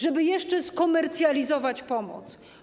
Żeby jeszcze skomercjalizować pomoc.